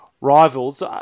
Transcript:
rivals